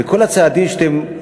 וכל הצעדים שאתם,